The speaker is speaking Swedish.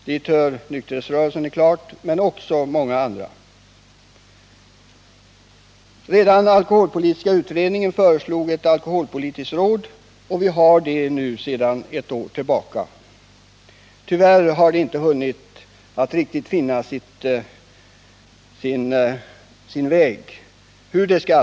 Dit hör självfallet nykterhetsrörelsen men också många andra folkrörelser. Den alkoholpolitiska utredningen föreslog inrättandet av ett alkoholpolitiskt råd, och vi har nu ett sådant sedan ett år tillbaka. Tyvärr har rådet ännu inte riktigt hunnit finna formerna för sitt arbete.